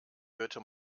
hörte